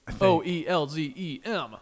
O-E-L-Z-E-M